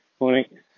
Morning